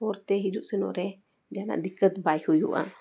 ᱦᱚᱨᱛᱮ ᱦᱤᱡᱩᱜ ᱥᱮᱱᱚᱜ ᱨᱮ ᱡᱟᱦᱟᱱᱟᱜ ᱫᱤᱠᱠᱷᱚᱛ ᱵᱟᱭ ᱦᱩᱭᱩᱜᱼᱟ